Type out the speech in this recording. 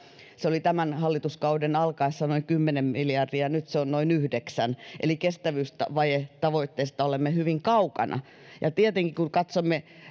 se oli tämän hallituskauden alkaessa noin kymmenen miljardia ja nyt se on noin yhdeksän eli kestävyysvajetavoitteesta olemme hyvin kaukana ja tietenkin kun katsomme